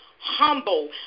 humble